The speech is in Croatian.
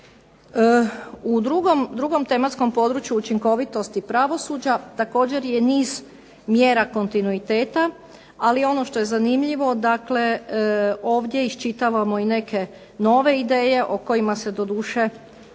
U drugom tematskom području – učinkovitosti pravosuđa, također je niz mjera kontinuiteta, ali ono što je zanimljivo, dakle ovdje iščitavamo i neke nove ideje o kojima se doduše tu i